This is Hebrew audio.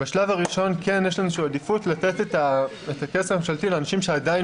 בשלב הראשון כן יש לנו עדיפות לתת את הכסף הממשלתי לאנשים שעדיין